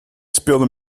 speelden